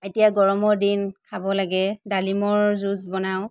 এতিয়া গৰমৰ দিন খাব লাগে ডালিমৰ জুছ বনাওঁ